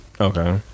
Okay